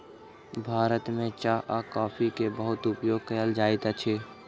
भारत में चाह आ कॉफ़ी के बहुत उपयोग कयल जाइत अछि